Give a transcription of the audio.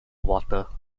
water